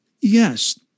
Yes